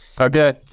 Okay